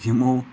یِمو